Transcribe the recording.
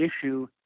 issue